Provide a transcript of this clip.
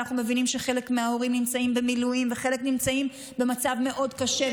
ואנחנו מבינים שחלק מההורים נמצאים במילואים וחלק נמצאים במצב מאוד קשה,